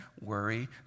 worry